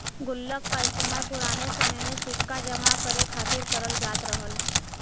गुल्लक का इस्तेमाल पुराने समय में सिक्का जमा करे खातिर करल जात रहल